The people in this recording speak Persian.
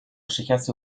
شکست